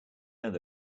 earn